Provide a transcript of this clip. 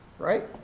Right